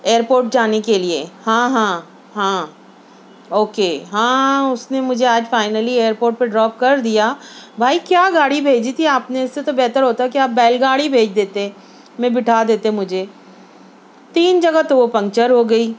airport جانے کے لیے ہاں ہاں ہاں اوکے ہاں اس نے مجھے آج فائنلی ایئرپورٹ پر ڈروپ کر دیا بھائی کیا گاڑی بھیجی تھی آپ نے اس سے تو بہتر ہوتا کہ آپ بیل گاڑی بھیج دیتے میں بٹھا دیتے مجھے تین جگہ تو وہ پنچر ہوگئی